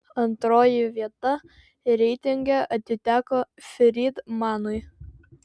antroji vieta reitinge atiteko frydmanui